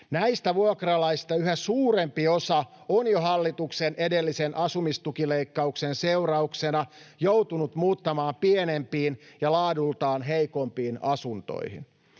Näistä vuokralaisista yhä suurempi osa on jo hallituksen edellisen asumistukileikkauksen seurauksena joutunut muuttamaan pienempiin ja laadultaan heikompiin asuntoihin.